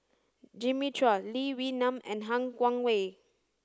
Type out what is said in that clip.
Jimmy Chua Lee Wee Nam and Han Guangwei